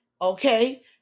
okay